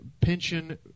pension